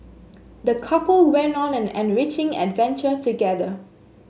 the couple went on an enriching adventure together